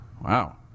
Wow